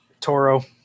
Toro